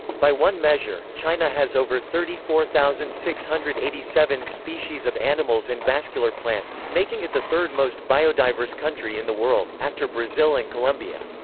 by one measure, china has over thirty four thousand six hundred and eighty seven species of animals and vascular plants, making it the third-most biodiverse country in the world, after brazil and colombia.